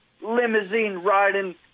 limousine-riding